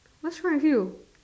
what's wrong with you